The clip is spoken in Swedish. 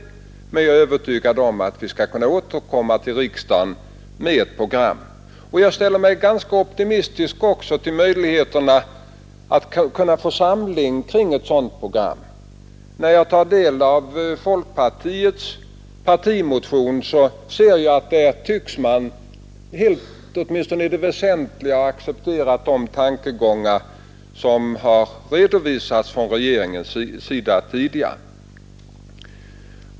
Jag är emellertid övertygad om att vi skall kunna återkomma till riksdagen med ett program. Jag ställer mig ganska optimistisk också till möjligheterna att få samling kring ett sådant program. När jag tar del av folkpartiets partimotion ser jag att där tycks man åtminstone i det väsentliga ha accepterat de tankegångar som tidigare har redovisats från regeringen.